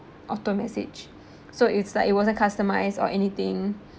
auto message so it's like it wasn't customised or anything